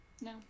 no